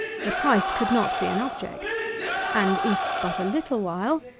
the price could not be an object and if but a little while,